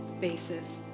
basis